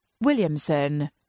Williamson